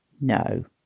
No